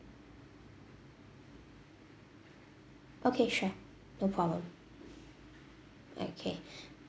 okay sure no problem okay